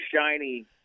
shiny